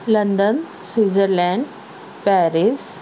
London Switzerland Paris